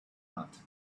not